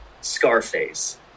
Scarface